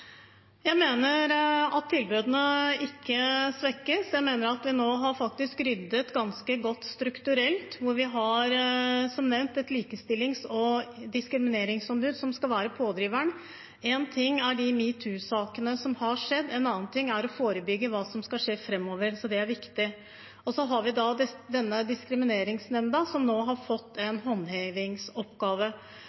Jeg mener at tilbudene ikke svekkes. Jeg mener at vi nå faktisk har ryddet ganske godt strukturelt, og vi har, som nevnt, et likestillings- og diskrimineringsombud, som skal være pådriveren. Én ting er de metoo-sakene som har skjedd, en annen ting er å forebygge videre framover, det er viktig. Så har vi Diskrimineringsnemnda, som nå har fått en